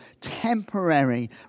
temporary